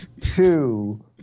two